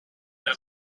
naar